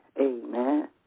Amen